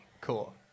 Cool